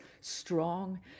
strong